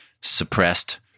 suppressed